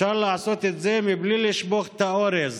אפשר לעשות את זה בלי לשפוך את האורז